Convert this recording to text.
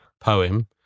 poem